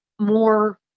more